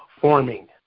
forming